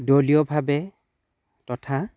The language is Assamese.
দলীয়ভাৱে তথা